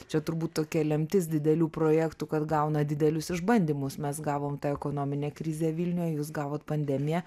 čia turbūt tokia lemtis didelių projektų kad gauna didelius išbandymus mes gavom tą ekonominę krizę vilniuje jūs gavot pandemiją